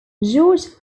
george